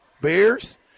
Bears